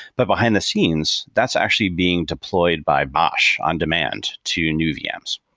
but behind the scenes, that's actually being deployed by bosh on demand to new vms.